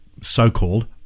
so-called